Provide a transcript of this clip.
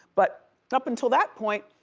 but up until that point,